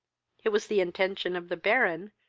it was the intention of the baron,